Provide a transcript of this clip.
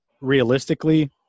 realistically